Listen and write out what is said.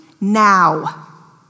now